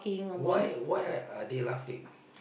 why why are they laughing